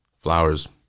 flowers